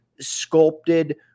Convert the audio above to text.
sculpted